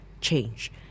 change